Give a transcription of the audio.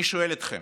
אני שואל אתכם,